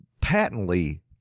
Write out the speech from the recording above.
patently